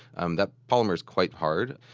um that polymer is quite hard.